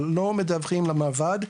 אבל לא מדווחים למרב"ד,